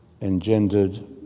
engendered